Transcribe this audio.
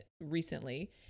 recently